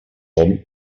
hom